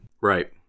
Right